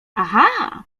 aha